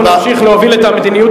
אנחנו נמשיך להוביל את המדיניות